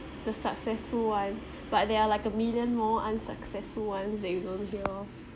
the successful one but there are like a million more unsuccessful ones that you don't hear of